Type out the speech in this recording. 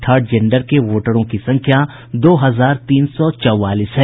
third gender के वोटरों की संख्या दो हजार तीन सौ चौवालीस है